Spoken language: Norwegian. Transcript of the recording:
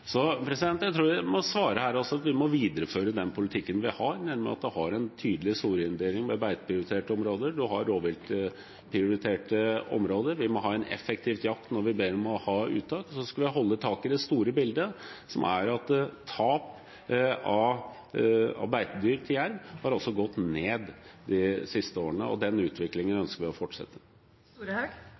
en tydelig soneinndeling med beiteprioriterte områder og rovviltprioriterte områder. Vi må ha en effektiv jakt når vi ber om uttak, og så skal vi holde tak i det store bildet, som er at tap av beitedyr til jerv har gått ned de siste årene. Den utviklingen ønsker vi å